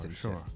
sure